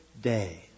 day